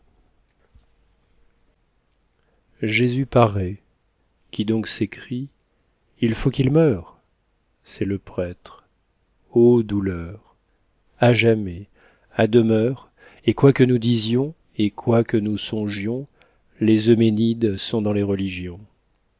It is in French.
jésus paraît qui donc s'écrie il faut qu'il meure c'est le prêtre ô douleur à jamais à demeure et quoi que nous disions et quoi que nous songions les euménides sont dans les religions